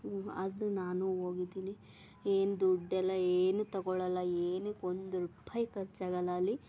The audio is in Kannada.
ಅದು ನಾನು ಹೋಗಿದ್ದಿನಿ ಏನು ದುಡ್ಡೆಲ್ಲ ಏನು ತಗೊಳೋಲ್ಲ ಏನುಕ್ಕೆ ಒಂದು ರೂಪಾಯಿ ಖರ್ಚಾಗಲ್ಲ ಅಲ್ಲಿ